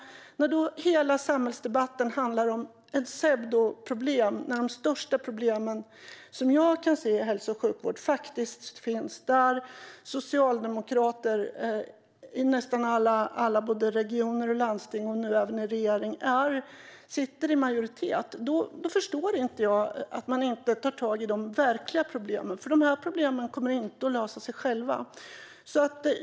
Hela samhällsdebatten handlar om ett pseudoproblem, men de största problemen som jag kan se i hälso och sjukvården finns faktiskt i regioner, i landsting och nu även i regeringen där socialdemokrater har majoritet. Då förstår jag inte varför man inte tar tag i de verkliga problemen. Dessa problem kommer inte att lösa sig av sig själva.